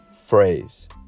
phrase